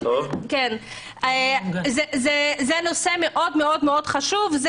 זה נושא מאוד מאוד חשוב.